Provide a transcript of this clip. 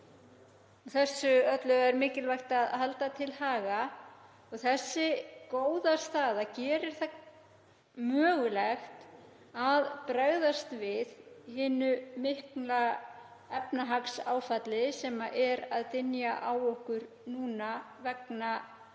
Þessu öllu er mikilvægt að halda til haga og þessi góða staða gerir það mögulegt að bregðast við hinu mikla efnahagsáfalli sem er að dynja á okkur núna vegna